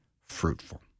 fruitful